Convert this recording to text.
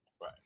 Right